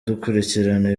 dukurikirana